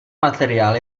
materiál